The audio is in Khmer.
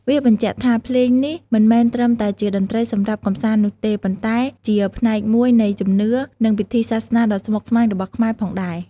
វាបញ្ជាក់ថា ភ្លេងនេះមិនមែនត្រឹមតែជាតន្ត្រីសម្រាប់កម្សាន្តនោះទេ ប៉ុន្តែជាផ្នែកមួយនៃជំនឿ និងពិធីសាសនាដ៏ស្មុគស្មាញរបស់ខ្មែរផងដែរ។